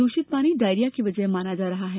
दूषित पानी डायरिया की वजह माना जा रहा है